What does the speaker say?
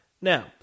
Now